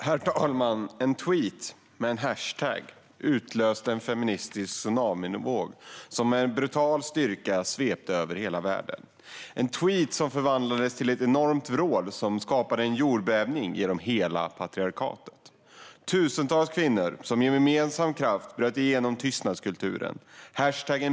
Herr talman! En tweet med en hashtag utlöste en feministisk tsunamivåg som med brutal styrka svepte över hela världen. Det var en tweet som förvandlades till ett enormt vrål som skapade en jordbävning genom hela patriarkatet. Tusentals kvinnor bröt med gemensam kraft igenom tystnadskulturen.